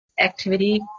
activity